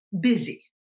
busy